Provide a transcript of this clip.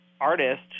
artists